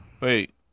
Wait